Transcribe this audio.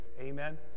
Amen